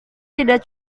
tidak